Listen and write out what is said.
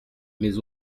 mais